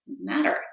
matter